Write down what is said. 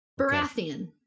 Baratheon